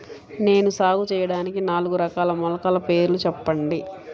నేను సాగు చేయటానికి నాలుగు రకాల మొలకల పేర్లు చెప్పండి?